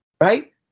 right